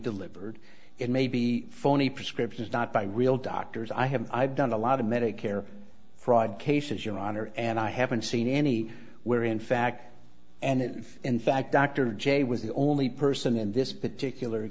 delivered it may be phony prescriptions not by real doctors i have i've done a lot of medicare fraud cases your honor and i haven't seen any where in fact and in fact dr j was the only person in this particular